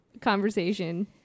conversation